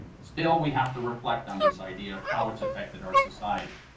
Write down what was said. still, we have to reflect on this idea of how it's affected our society.